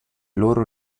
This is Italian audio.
loro